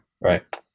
right